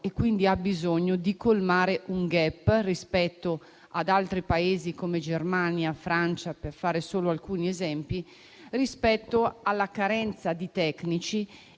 e quindi ha bisogno di colmare un *gap* rispetto ad altri Paesi come Germania e Francia (per fare solo alcuni esempi), per quanto riguarda la carenza di tecnici